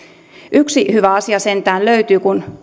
yksi hyvä asia sentään löytyy se kun